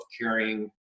carrying